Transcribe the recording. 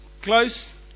Close